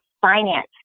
finance